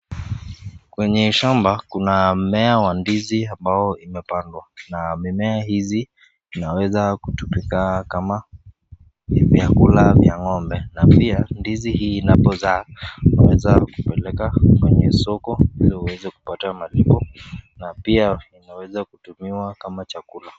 Kwenye shamba kuna mmea wa ndizi ambao imepandwa, na mimea hizi tunaweza kutumika kama vyakula vya ng'ombe na pia ndizi hii inapozaa unaweza kupeleka kwenye soko ili uweze kupata malipo na pia inaweza kutumiwa kama chakula.